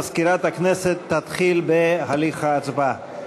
מזכירת הכנסת תתחיל בהליך ההצבעה.